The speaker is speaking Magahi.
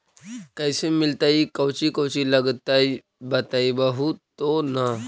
कैसे मिलतय कौची कौची लगतय बतैबहू तो न?